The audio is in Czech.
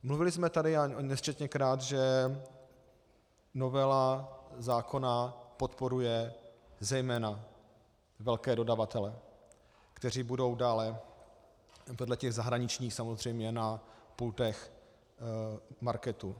Mluvili jsme tady nesčetněkrát, že novela zákona podporuje zejména velké dodavatele, kteří budou dále, vedle těch zahraničních samozřejmě, na pultech marketů.